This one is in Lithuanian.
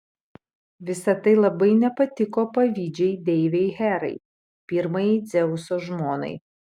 visa tai labai nepatiko pavydžiai deivei herai pirmajai dzeuso žmonai